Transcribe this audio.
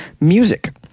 music